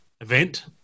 event